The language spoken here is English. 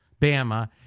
Bama